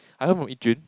I heard from Yi-Jun